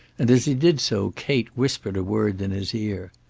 and as he did so kate whispered a word in his ear.